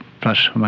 plus